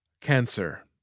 Cancer